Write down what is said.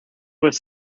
was